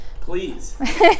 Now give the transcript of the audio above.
Please